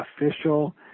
official